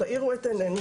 תעירו את עינינו,